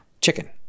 chicken